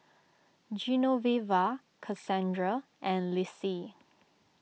Genoveva Cassandra and Lissie